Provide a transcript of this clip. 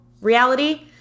reality